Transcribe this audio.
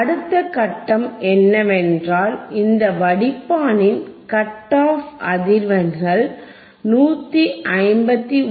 அடுத்த கட்டம் என்னவென்றால் இந்த வடிப்பானின் கட் ஆப் அதிர்வெண்கள் 159